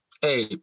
hey